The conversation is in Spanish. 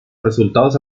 resultados